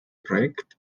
projekt